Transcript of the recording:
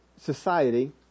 society